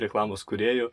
reklamos kūrėjų